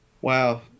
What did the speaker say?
Wow